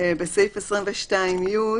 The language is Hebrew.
בסעיף 22(י)